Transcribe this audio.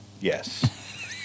Yes